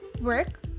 work